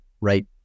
right